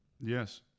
yes